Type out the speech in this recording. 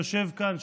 שיושב כאן,